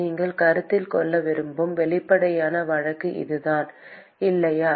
நீங்கள் கருத்தில் கொள்ள விரும்பும் வெளிப்படையான வழக்கு இதுதான் இல்லையா